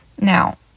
Now